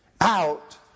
Out